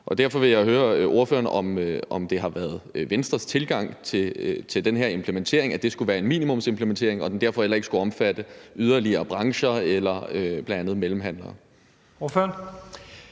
Derfor vil jeg høre ordføreren, om det har været Venstres tilgang til den her implementering, at det skulle være en minimumsimplementering og den derfor heller ikke skulle omfatte yderligere brancher eller bl.a. mellemhandlere.